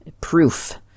proof